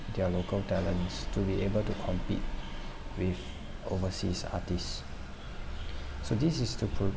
their local talents to be able to compete with overseas artists so this is to put